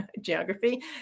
geography